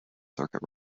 circuit